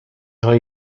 های